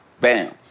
bam